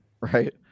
Right